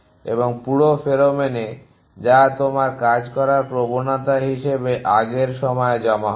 এবং পুরো ফেরোমোন যা তোমার কাজ করার প্রবণতা হিসাবে আগের সময়ে জমা হবে